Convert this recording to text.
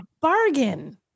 bargain